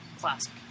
classic